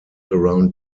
around